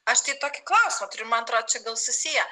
aš tai tokį klausimą turiu man atrodo čia gal susiję